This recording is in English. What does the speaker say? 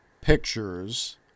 pictures